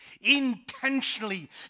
intentionally